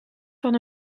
van